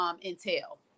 entail